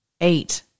eight